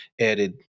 added